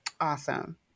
Awesome